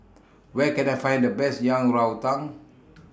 Where Can I Find The Best Yang Rou Tang